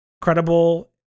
credible